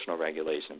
regulation